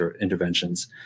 interventions